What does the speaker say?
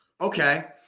Okay